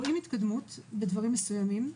רואים התקדמות בדברים מסוימים,